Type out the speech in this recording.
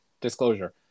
disclosure